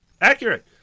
accurate